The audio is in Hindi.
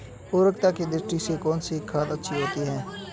उर्वरकता की दृष्टि से कौनसी खाद अच्छी होती है?